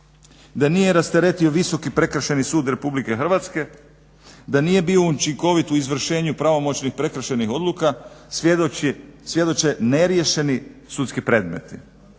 da nije rasteretio Visoki prekršajni sud RH, da nije bio učinkovit u izvršenju pravomoćnih prekršajnih odluka svjedoče neriješeni sudski predmeti.